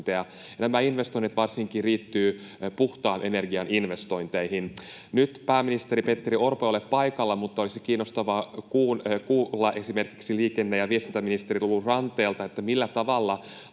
nämä investoinnit liittyvät varsinkin puhtaan energian investointeihin. Nyt pääministeri Petteri Orpo ei ole paikalla, mutta olisi kiinnostavaa kuulla esimerkiksi liikenne- ja viestintäministeri Lulu Ranteelta, millä tavalla